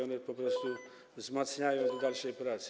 One po prostu wzmacniają do dalszej pracy.